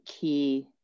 key